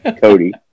cody